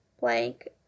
blank